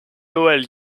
noël